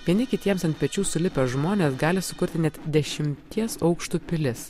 vieni kitiems ant pečių sulipę žmonės gali sukurti net dešimties aukštų pilis